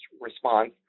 response